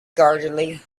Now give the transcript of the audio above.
guardedly